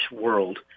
world